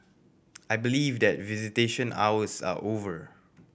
I believe that visitation hours are over